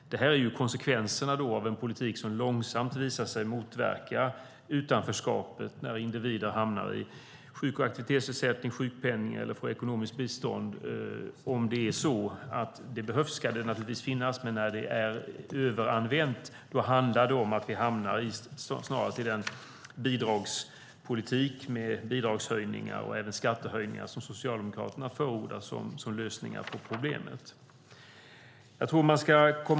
Det är konsekvensen av en politik som långsamt visar sig motverka utanförskapet när individer hamnar i sjuk och aktivitetsersättning, sjukpenning eller får ekonomiskt bistånd. Om det behövs ska det naturligtvis finnas, men när det är överanvänt hamnar vi i en sådan bidragspolitik med bidragshöjningar och skattehöjningar som Socialdemokraterna förordar som lösning på problemet.